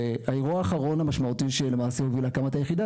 והאירוע האחרון המשמעותי שלמעשה הוביל להקמת היחידה